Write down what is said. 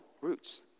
roots